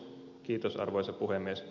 kiitos arvoisa puhemies